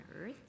earth